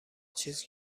چیز